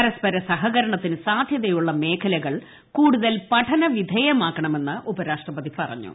പരസ്പര സഹകരണത്തിന് സാധ്യതയുള്ള മേഖലകൾ കൂടുതൽ പഠനവിധേയമാക്കണമെന്ന് ഉപരാഷ്ട്രപതി പറഞ്ഞു